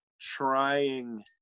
trying